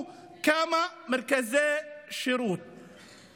כמה מרכזי שירות כדי לספק שירותים לאנשים האלה.